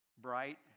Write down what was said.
Bright